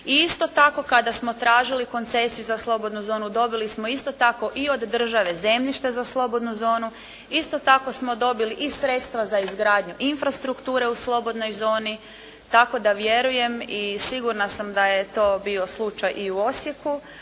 isto tako kada smo tražili koncesiju za slobodnu zonu dobili smo isto tako i od države zemljište za slobodnu zonu, isto tako smo dobili i sredstva za izgradnju infrastrukture u slobodnoj zoni tako da vjerujem i sigurna sam da je to bio slučaj i u Osijeku,